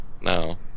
no